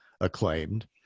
acclaimed